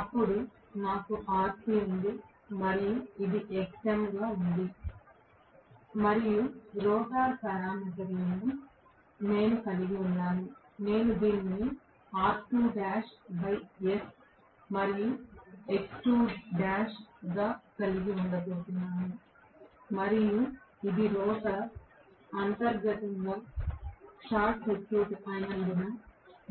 అప్పుడు నాకు Rc ఉంది మరియు ఇది Xm గా ఉంటుంది మరియు రోటర్ పారామితులు గా నేను కలిగి ఉన్నాను నేను దీనిని R2ls మరియు X2l గా కలిగి ఉండబోతున్నాను మరియు ఇది రోటర్ అంతర్గతంగా షార్ట్ సర్క్యూట్ అయినందున